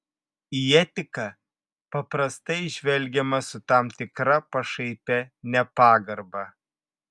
į etiką paprastai žvelgiama su tam tikra pašaipia nepagarba